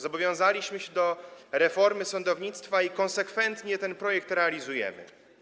Zobowiązaliśmy się do reformy sądownictwa i konsekwentnie ten projekt realizujemy.